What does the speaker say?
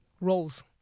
roles